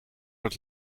het